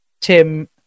Tim